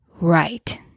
Right